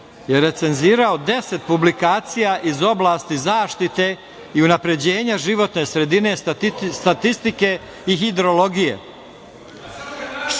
je recenzirao 10 publikacija iz oblasti zaštite i unapređenja životne sredine, statistike i hidrologije.